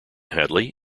hadley